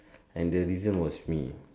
and the reason was me